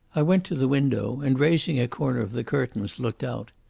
i went to the window, and, raising a corner of the curtains, looked out.